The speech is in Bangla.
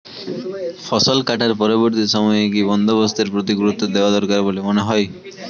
ফসল কাটার পরবর্তী সময়ে কি কি বন্দোবস্তের প্রতি গুরুত্ব দেওয়া দরকার বলে মনে হয়?